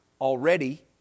already